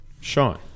Sean